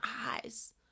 eyes